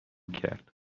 کرد